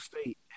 State